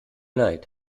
leid